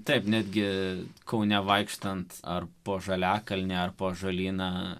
taip netgi kaune vaikštant ar po žaliakalnį ar po ąžuolyną